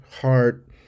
heart